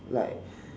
like